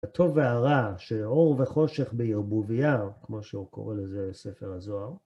הטוב והרע של אור וחושך בערבובייה, כמו שקורא לזה ספר הזוהר.